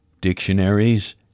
dictionaries